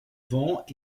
vents